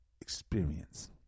experience